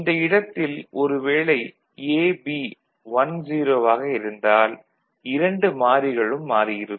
இந்த இடத்தில் ஒரு வேளை A B 10 ஆக இருந்தால் இரண்டு மாறிகளும் மாறியிருக்கும்